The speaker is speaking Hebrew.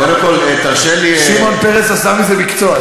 קודם כול, תרשה לי, שמעון פרס עשה מזה מקצוע.